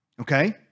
Okay